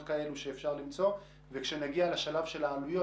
כאלה שאפשר למצוא וכשנגיע לשלב של העלויות,